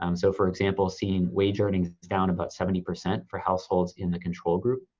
um so for example, seeing wage earnings down about seventy percent for households in the control group,